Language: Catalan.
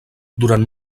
durant